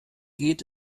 geht